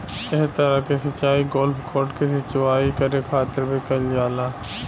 एह तरह के सिचाई गोल्फ कोर्ट के सिंचाई करे खातिर भी कईल जाला